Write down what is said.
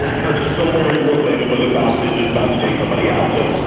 um somewhere in brooklyn. it was about that, just about to take somebody out. so,